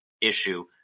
issue